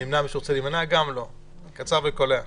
הצבעה בעד 1 אושר.